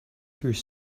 through